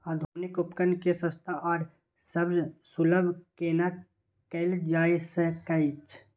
आधुनिक उपकण के सस्ता आर सर्वसुलभ केना कैयल जाए सकेछ?